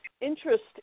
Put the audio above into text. interest